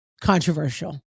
controversial